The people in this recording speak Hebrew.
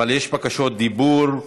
אבל יש בקשות דיבור.